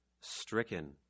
stricken